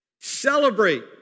Celebrate